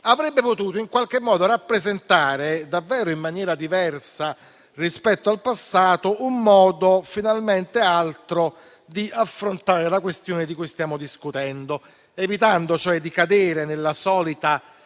avrebbe potuto rappresentare davvero in maniera diversa rispetto al passato un modo finalmente nuovo di affrontare la questione di cui stiamo discutendo, evitando cioè di cadere nella solita